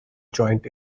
joint